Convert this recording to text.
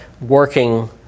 working